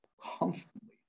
constantly